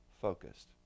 focused